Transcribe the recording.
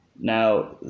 Now